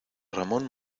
ramón